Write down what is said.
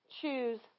choose